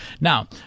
Now